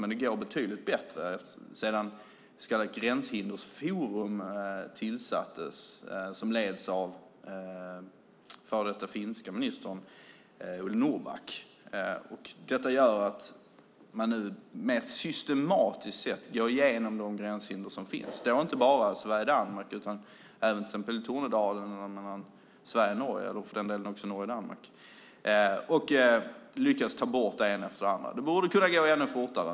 Men det går betydligt bättre sedan Gränshindersforum tillsattes som leds av den före detta finske ministern Ole Norrback. Detta gör att man nu mer systematiskt går igenom de gränshinder som finns. Det gäller inte bara mellan Sverige och Danmark utan även till exempel Tornedalen och mellan Sverige och Norge eller för den delen också mellan Norge och Danmark. Man har lyckats ta bort det ena efter det andra. Det borde kunna gå ännu fortare.